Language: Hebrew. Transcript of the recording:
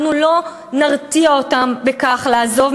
אנחנו לא נרתיע אותם בכך לעזוב,